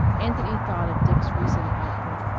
anthony thought of dick's recent output,